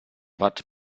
watt